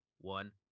One